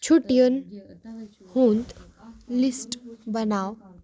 چھُٹِیَن ہُنٛد لِسٹ بناو